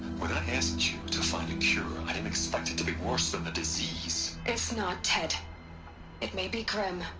when i asked you to find the cure, i didn't expect it to be worse than the disease! it's not, ted it may be grim.